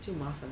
就麻烦